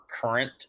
current